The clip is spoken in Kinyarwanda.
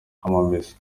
amamesa